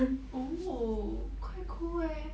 oo quite cool eh